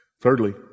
Thirdly